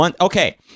okay